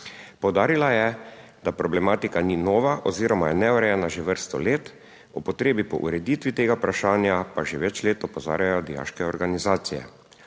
Poudarila je, da problematika ni nova oziroma je neurejena že vrsto let, o potrebi po ureditvi tega vprašanja pa že več let opozarjajo dijaške organizacije.